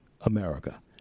America